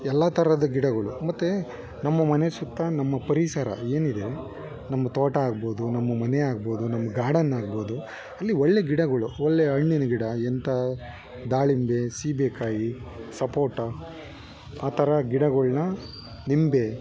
ಎಲ್ಲ ಥರದ ಗಿಡಗಳು ಮತ್ತು ನಮ್ಮ ಮನೆಯ ಸುತ್ತ ನಮ್ಮ ಪರಿಸರ ಏನಿದೆ ನಮ್ಮ ತೋಟ ಆಗ್ಬೋದು ನಮ್ಮ ಮನೆ ಆಗ್ಬೋದು ನಮ್ಮ ಗಾರ್ಡನ್ ಆಗ್ಬೋದು ಅಲ್ಲಿ ಒಳ್ಳೆ ಗಿಡಗಳು ಒಳ್ಳೆ ಹಣ್ಣಿನ್ ಗಿಡ ಎಂಥ ದಾಳಿಂಬೆ ಸೀಬೆಕಾಯಿ ಸಪೋಟ ಆ ಥರ ಗಿಡಗಳ್ನ ನಿಂಬೆ